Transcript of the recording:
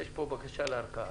יש פה בקשה לארכה.